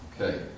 okay